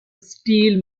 steel